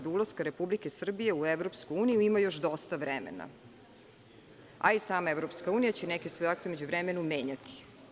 Do ulaska Republike Srbije u EU ima još dosta vremena, a i sama EU će neke svoje akte u međuvremenu menjati.